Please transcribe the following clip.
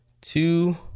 two